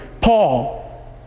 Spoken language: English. Paul